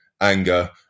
anger